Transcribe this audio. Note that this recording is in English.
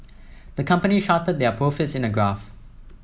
the company charted their profits in a graph